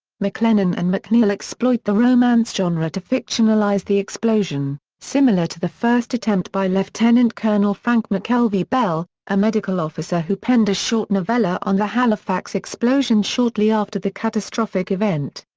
maclennan and macneil exploit the romance genre to fictionalize the explosion, similar to the first attempt by lieutenant-colonel frank mckelvey bell, a medical officer who penned a short novella on the halifax explosion shortly after the catastrophic event.